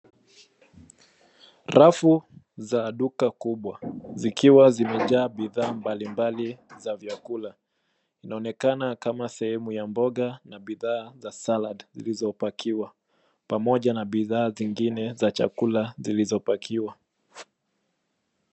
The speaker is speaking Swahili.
Rafu za duka kubwa zikiwa zimejaa bidhaa mbalimbali za vyakula. Inaonekana kama sehemu ya mboga na bidhaa za salad zilizo pakiwa pamoja na bidhaa zingine za chakula zilizo pakiwa.